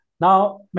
Now